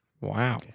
Wow